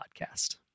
podcast